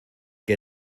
que